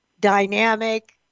dynamic